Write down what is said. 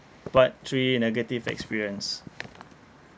part three negative experience